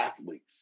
athletes